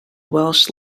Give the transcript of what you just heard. welsh